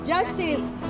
Justice